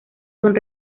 son